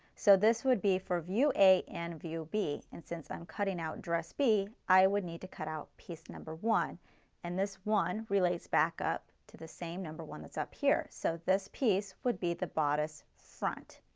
so this would be for view a and view b. and since i'm cutting out dress b, i would need to cut out piece number one and this one relays back up to the same number one as up here. so this piece would be the bodice front.